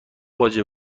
باجه